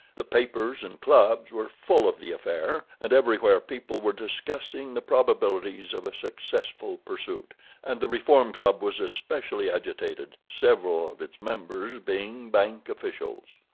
the papers and clubs were full of the affair, and everywhere people were discussing the probabilities of a successful pursuit and the reform club was especially agitated, several of its members being bank officials.